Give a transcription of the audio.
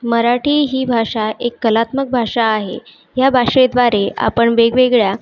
मराठी ही भाषा एक कलात्मक भाषा आहे या भाषेद्वारे आपण वेगवेगळ्या